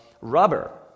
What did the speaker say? rubber